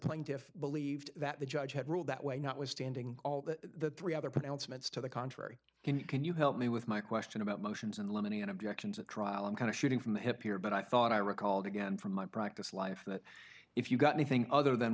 plaintiffs believed that the judge had ruled that way notwithstanding all the three other pronouncements to the contrary can you can you help me with my question about motions in limine objections at trial i'm kind of shooting from the hip here but i thought i recalled again from my practice life that if you got anything other than